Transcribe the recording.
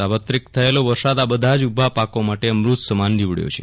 સાર્વત્રિક થયેલો વરસાદ આ બધા જ ઊભા પાકો માટે અમૃત સમાન નિવડચો છે